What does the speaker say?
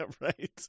right